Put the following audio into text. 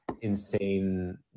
insane